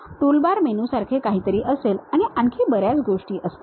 toolbar मेनूसारखे काहीतरी असेल आणि आणखी बऱ्याच गोष्टी असतील